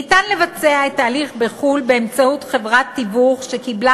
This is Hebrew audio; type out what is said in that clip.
ניתן לבצע את ההליך בחו"ל באמצעות חברת תיווך שקיבלה